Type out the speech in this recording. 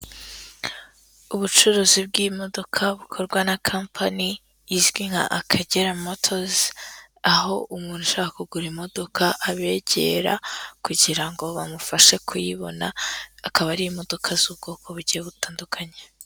Ubucuruzi bw'imodoka bukorwa na kampani izwi nka Akagera motozi, aho umuntu ushaka kugura imodoka abegera kugira ngo bamufashe kuyibona, akaba ari imodoka z'ubwoko bugiye butandukanye.